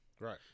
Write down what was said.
Right